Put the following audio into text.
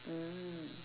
mm